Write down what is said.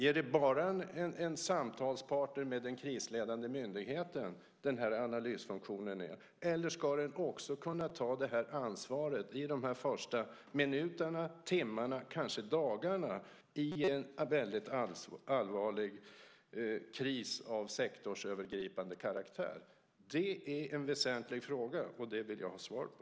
Är det bara en samtalspartner med den krisledande myndigheten som den här analysfunktionen är, eller ska den också kunna ta ansvaret under de första minuterna, timmarna eller kanske dagarna i en väldigt allvarlig kris av sektorsövergripande karaktär? Det är en väsentlig fråga, och den vill jag ha svar på.